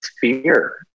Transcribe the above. fear